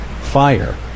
fire